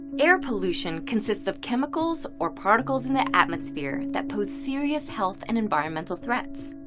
air pollution consists of chemicals or particles in the atmosphere, that pose serious health and environmental threats.